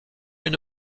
une